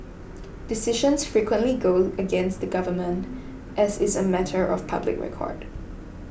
decisions frequently go against the government as is a matter of public record